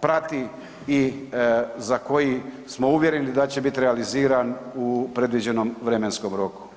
prati i za koji smo uvjereni da će biti realiziran u predviđenom vremenskom roku.